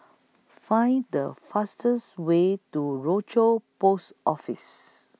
Find The fastest Way to Rochor Post Office